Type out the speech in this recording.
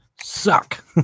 suck